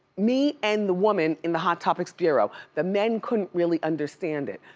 me and the woman in the hot topics bureau. the men couldn't really understand it.